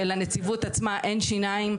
שלנציבות עצמה אין שיניים.